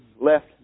left